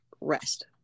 rest